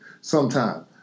sometime